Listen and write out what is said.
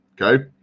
Okay